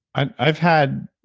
i've had